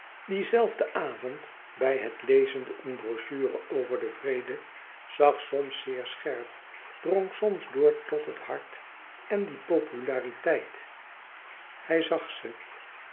dien zelfden avond hij lezende eene brochure over den vrede zag soms zeer scherp drong soms door tot het hart en die populariteit hij zag ze